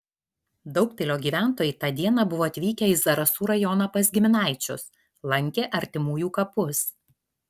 daugpilio gyventojai tą dieną buvo atvykę į zarasų rajoną pas giminaičius lankė artimųjų kapus